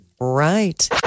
Right